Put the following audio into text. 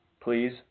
Please